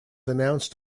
announced